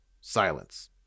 silence